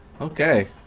Okay